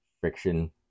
friction